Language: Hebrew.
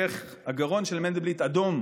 איך הגרון של מנדלבליט אדום,